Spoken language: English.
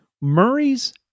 Murray's